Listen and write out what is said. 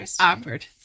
awkward